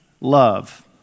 love